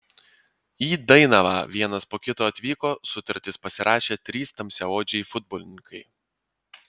į dainavą vienas po kito atvyko sutartis pasirašė trys tamsiaodžiai futbolininkai